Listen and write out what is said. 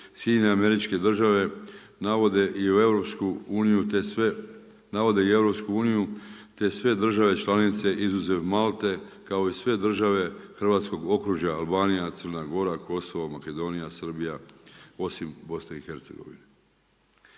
i u EU te sve, navode i EU te sve države članice izuzev Malte kao i sve države hrvatskog okružja, Albanija, Crna Gora, Kosovo, Makedonija, Srbija, osim BiH-a.